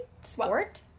Sport